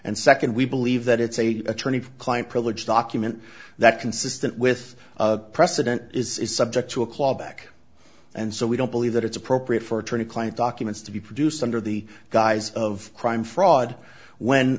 and second we believe that it's a attorney client privilege document that consistent with precedent is is subject to a claw back and so we don't believe that it's appropriate for attorney client documents to be produced under the guise of crime fraud when